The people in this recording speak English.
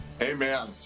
Amen